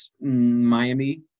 Miami